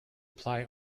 apply